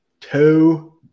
two